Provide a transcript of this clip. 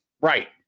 Right